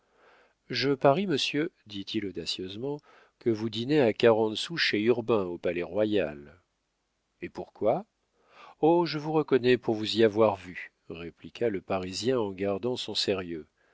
je parie monsieur dit-il audacieusement que vous dînez à quarante sous chez hurbain au palais-royal et pourquoi oh je vous reconnais pour vous y avoir vu répliqua le parisien en gardant son sérieux